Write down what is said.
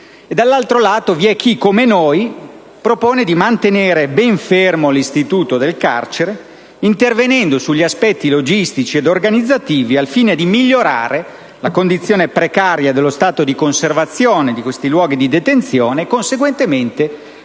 Dall'altro lato, vi è chi come noi propone di mantenere ben fermo l'istituto del carcere, intervenendo sugli aspetti logistici e organizzativi al fine di migliorare la condizione precaria dello stato di conservazione di questi luoghi di detenzione e, conseguentemente,